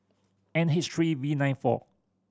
N H three V nine four